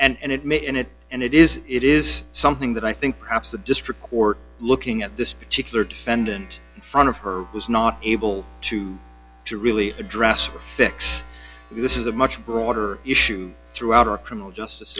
tension and it may in it and it is it is something that i think perhaps the district court looking at this particular defendant in front of her was not able to to really address fix this is a much broader issue throughout our criminal justice